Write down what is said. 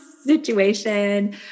Situation